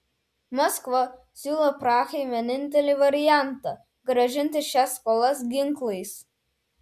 maskva siūlo prahai vienintelį variantą grąžinti šias skolas ginklais